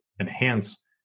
enhance